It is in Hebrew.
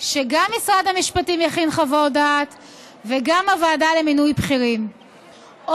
שגם משרד המשפטים וגם הוועדה למינוי בכירים יכינו חוות דעת,